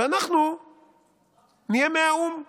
ואנחנו נהיה מהאו"ם